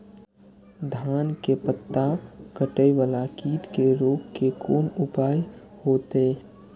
धान के पत्ता कटे वाला कीट के रोक के कोन उपाय होते?